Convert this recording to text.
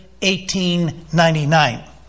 1899